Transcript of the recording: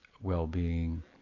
well-being